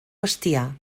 bestiar